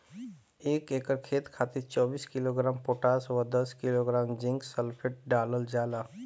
एक एकड़ खेत खातिर चौबीस किलोग्राम पोटाश व दस किलोग्राम जिंक सल्फेट डालल जाला?